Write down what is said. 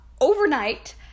overnight